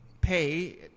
pay